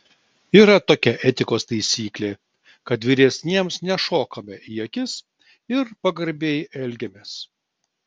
yra tokia etikos taisyklė kad vyresniems nešokame į akis ir pagarbiai elgiamės